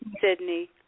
Sydney